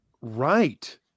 Right